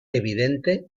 evidente